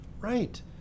Right